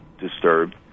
disturbed